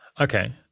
Okay